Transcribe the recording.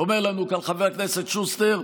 אומר לנו כאן חבר הכנסת שוסטר: